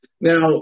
Now